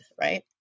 right